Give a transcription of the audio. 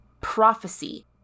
prophecy